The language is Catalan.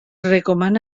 recomana